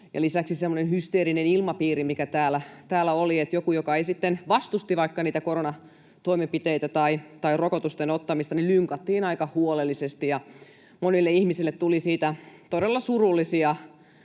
hysteerinen ilmapiiri, että joku, joka sitten vaikka vastusti niitä koronatoimenpiteitä tai rokotusten ottamista, lynkattiin aika huolellisesti. Monille ihmisille tuli siitä todella surullisia